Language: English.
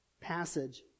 passage